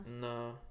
No